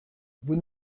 vous